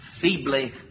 feebly